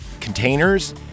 containers